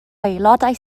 aelodau